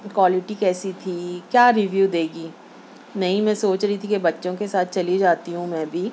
quality کیسی تھی کیا ریویو دے گی نہیں میں سوچ رہی تھی کہ بچوں کے ساتھ چلی جاتی ہوں میں بھی